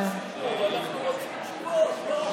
זו שאלה חשובה.